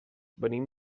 venim